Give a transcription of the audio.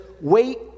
wait